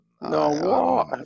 No